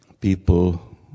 people